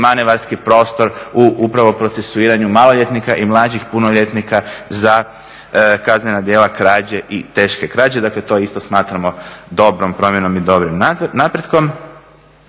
manevarski prostor u upravo procesuiranju maloljetnika i mlađih punoljetnika za kaznena djela krađe i teške krađe, dakle to isto smatramo dobrom promjenom i dobrim napretkom.